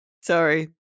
sorry